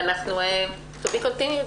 המשך יבוא.